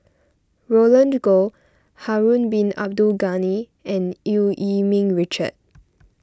Roland Goh Harun Bin Abdul Ghani and Eu Yee Ming Richard